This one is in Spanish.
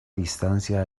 distancia